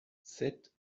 sept